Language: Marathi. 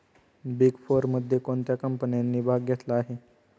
बिग फोरमध्ये कोणत्या कंपन्यांनी भाग घेतला आहे?